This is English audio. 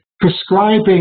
prescribing